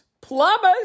Plumbers